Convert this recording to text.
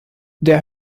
der